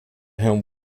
herrn